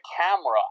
camera